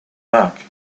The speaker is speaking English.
back